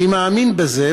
אני מאמין בזה,